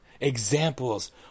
examples